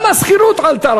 גם השכירות עלתה.